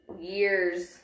Years